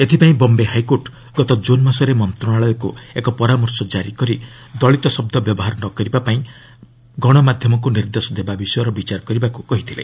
ଏଥିପାଇଁ ବୟେ ହାଇକୋର୍ଟ ଗତ ଜୁନ୍ ମାସରେ ମନ୍ତ୍ରଣାଳୟକୁ ଏକ ପରାମର୍ଶ ଜାରିକରି ଦଳିତ ଶବ୍ଦ ବ୍ୟବହାର ନକରିବା ପାଇଁ ମଣମାଧ୍ୟମକୁ ନିର୍ଦ୍ଦେଶ ଦେବା ବିଷୟର ବିଚାର କରିବାକୁ କହିଥିଲେ